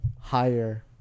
higher